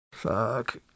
Fuck